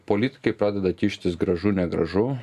politikai pradeda kištis gražu negražu